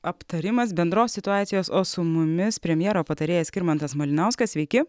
aptarimas bendros situacijos o su mumis premjero patarėjas skirmantas malinauskas sveiki